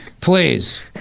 Please